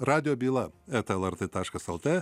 radijo byla eta lrt taškas lt